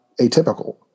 atypical